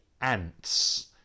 ants